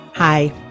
Hi